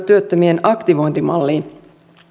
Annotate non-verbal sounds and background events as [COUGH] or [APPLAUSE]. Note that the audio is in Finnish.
[UNINTELLIGIBLE] työttömien aktivointimalliin